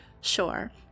sure